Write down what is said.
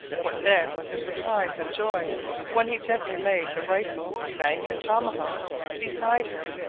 what then was her surprise and joy when he gently laid the rifle, knife, and tomahawk beside her,